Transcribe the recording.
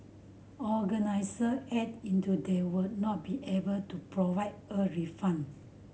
organiser added that they would not be able to provide a refund